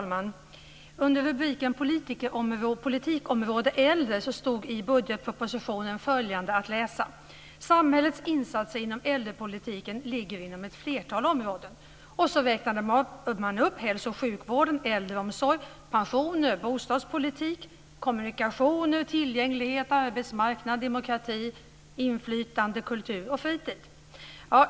Fru talman! Under rubriken Politikområde/Äldre står i budgetpropositionen följande att läsa: "Samhällets insatser inom äldrepolitiken ligger inom ett flertal områden." Sedan räknar man upp hälsooch sjukvård, äldreomsorg, pensioner, bostadspolitik, kommunikationer, tillgänglighet, arbetsmarknad, demokrati, inflytande, kultur och fritid.